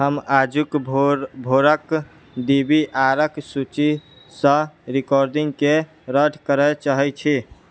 हम आजूक भोरक डी वी आरके सूचीसँ रिकॉर्डिंगके रद्द करए चाहैत छी